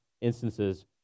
instances